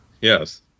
Yes